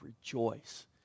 rejoice